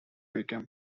became